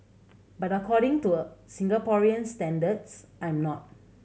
but according to a Singaporean standards I'm not